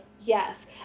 yes